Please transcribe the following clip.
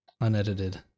unedited